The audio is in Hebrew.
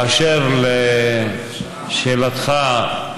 באשר לשאלתך,